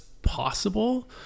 possible